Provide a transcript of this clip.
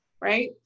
right